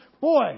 boy